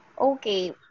Okay